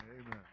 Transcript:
Amen